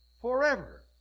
forever